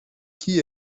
qui